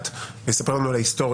מילים לרקע ויספר לנו על ההיסטוריה?